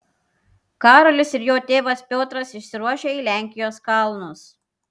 karolis ir jo tėvas piotras išsiruošia į lenkijos kalnus